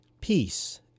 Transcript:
Peace